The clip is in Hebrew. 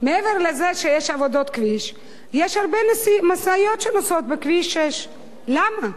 מעבר לזה שיש עבודות בכביש יש הרבה משאיות שנוסעות בכביש 6. למה?